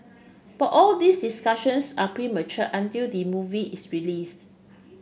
but all these discussions are premature until the movie is releases